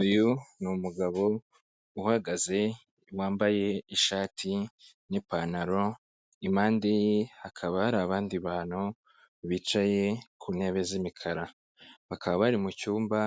Uyu ni umugabo uhagaze wambaye ishati n'ipantaro impande ye hakaba hari abandi bantu bicaye ku ntebe z'imikara bakaba bari mucyumba